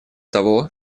того